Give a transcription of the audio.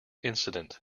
incident